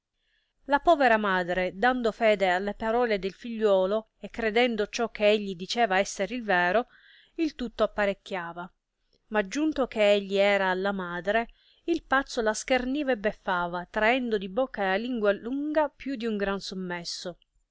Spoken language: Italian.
la povera madre dando fede alle parole del figliuolo e credendo ciò che egli diceva esser il vero il tutto apparecchiava ma giunto che egli era alla madre il pazzo la schernirà e beffava traendo di bocca la lingua lunga più di un gran sommesso